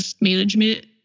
management